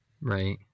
Right